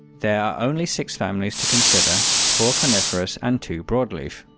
there are only six families to consider, four coniferous and two broadleaf.